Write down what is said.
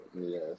Yes